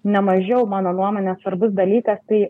nemažiau mano nuomone svarbus dalykas tai